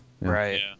right